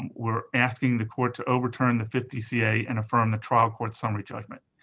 we're asking the court to overturn the fifth dca and affirm the trial court's summary judgment.